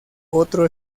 otro